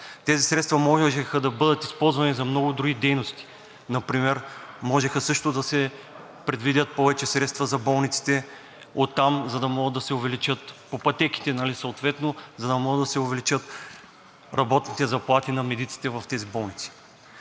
Тези средства можеха да бъдат използвани за много други дейности – например оттам можеха също да се предвидят повече средства за болниците, за да могат да се увеличат пътеките съответно, за да могат да се увеличат работните заплати на медиците в тези болници.